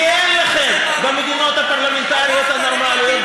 כי אין לכם במדינות הפרלמנטריות הנורמליות,